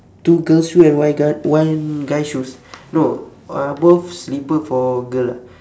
two girls shoe and one guy one guy shoes no uh both slipper for girl ah